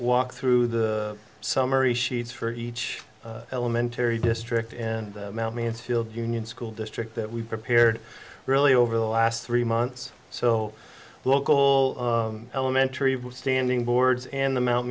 walk through the summary sheets for each elementary district and mount mansfield union school district that we prepared really over the last three months so local elementary standing boards and the mou